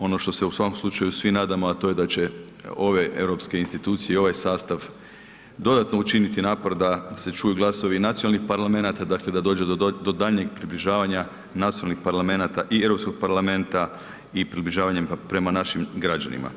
Ono što se u svakom slučaju svi nadamo, a to je da će ove europske institucije i ovaj sastav dodatno učiniti napor da se čuju glasovi i nacionalnih parlamenata, dakle da dođe do daljnjeg približavanja naslovnih parlamenata i Europskog parlamenta i približavanjem prema našim građanima.